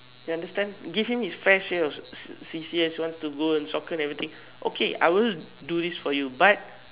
you understand give him his fresh year of C~ C_C_A he want to go soccer and everything okay I will do this for you but